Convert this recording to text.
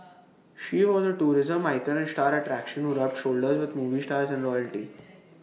she was A tourism icon and star attraction who rubbed shoulders with movie stars and royalty